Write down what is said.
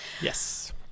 Yes